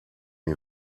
die